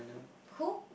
who